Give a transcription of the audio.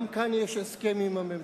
גם כאן יש הסכם עם הממשלה,